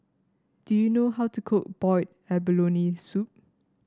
do you know how to cook Boiled Abalone Soup